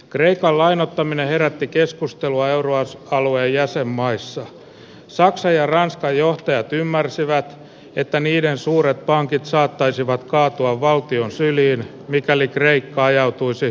kreikkalainen auttaminen herätti keskustelua euro alue jäsenmaissa saksa ja ranskan johtajat ymmärsivät että niiden suuret pankit saattaisivat kaatua valtion syliin mikäli kreikka ajautuisi